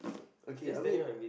okay I mean